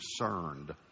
concerned